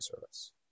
service